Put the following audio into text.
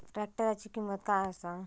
ट्रॅक्टराची किंमत काय आसा?